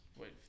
Wait